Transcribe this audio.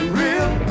real